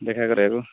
ଦେଖା କରିବାକୁ